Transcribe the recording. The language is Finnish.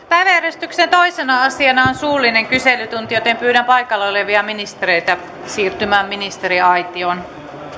päiväjärjestyksen toisena asiana on suullinen kyselytunti pyydän paikalla olevia ministereitä siirtymään ministeriaitioon